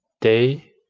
day